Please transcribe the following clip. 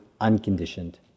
unconditioned